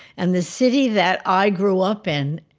and the city that i grew up in,